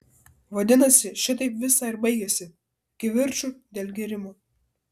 vadinasi šitaip visa ir baigiasi kivirču dėl gėrimo